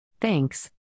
Thanks